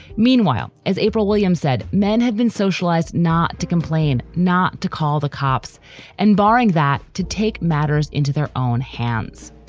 meanwhile, as april williams said, men have been socialized not to complain, not to call the cops and barring that, to take matters into their own hands.